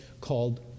called